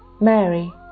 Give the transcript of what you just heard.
Mary